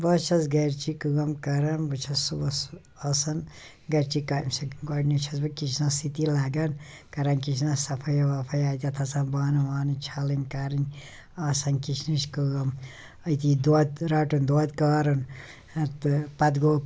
بہٕ حظ چھَس گَرچی کٲم کَران بہٕ چھَس صُبحَس آسان گَرچے کامہِ سۭتۍ گۄڈٕنٮ۪تھ چھَس بہٕ کِچنَس سۭتی لَگان کَران کِچنَس صَفٲییہ وَفٲییہ اَتٮ۪تھ آسان بانہٕ وانہٕ چھَلٕنۍ کَرٕنۍ آسان کِچنٕچ کٲم أتی دۄد رَٹُن دۄد کارُن تہٕ پَتہٕ گوٚو